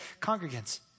congregants